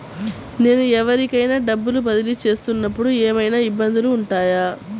నేను ఎవరికైనా డబ్బులు బదిలీ చేస్తునపుడు ఏమయినా ఇబ్బందులు వుంటాయా?